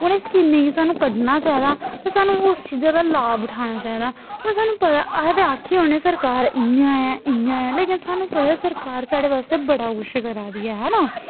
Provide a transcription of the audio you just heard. उ'नें स्कीमें गी सानूं कड्ढना चाहिदा ते सानूं उस चीजै दा लाभ उठाना चाहिदा हून सानूं पता अस ते आक्खी ओड़ने सरकार इ'यां ऐ इ'यां ऐ लेकिन सानूं पता सरकार साढ़े बास्तै बड़ा कुछ करा दी ऐ है ना